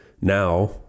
now